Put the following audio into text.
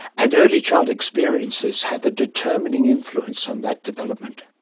and early child experiences have a determining influence on that development.